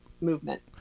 movement